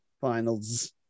finals